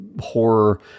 horror